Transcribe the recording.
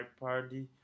party